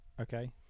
Okay